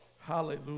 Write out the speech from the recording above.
Hallelujah